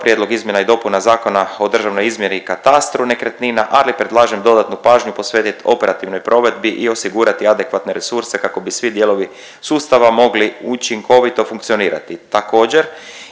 prijedlog izmjena i dopuna Zakona o državnoj izmjeri i katastru nekretnina, ali predlažem dodatnu pažnju posvetit operativnoj provedbi i osigurati adekvatne resurse kako bi svi dijelovi sustava mogli učinkovito funkcionirati.